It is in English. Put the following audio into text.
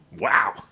wow